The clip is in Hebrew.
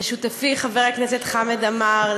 לשותפי חבר הכנסת חמד עמאר,